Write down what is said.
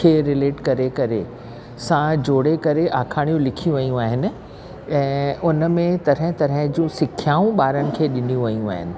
खे रिलेट करे करे सां जोड़े करे आखाणियूं लिखियूं वयूं आहिनि ऐं उनमें तरह तरह जूं सिखियाऊं ॿारनि खे ॾिनियूं वयूं आहिनि